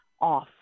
off